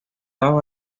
bajo